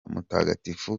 mutagatifu